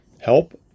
help